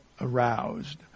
aroused